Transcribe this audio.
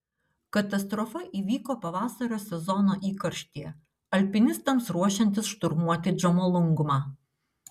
katastrofa įvyko pavasario sezono įkarštyje alpinistams ruošiantis šturmuoti džomolungmą